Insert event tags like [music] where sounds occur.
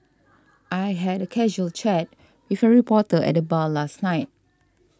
[noise] I had a casual chat with a reporter at the bar last night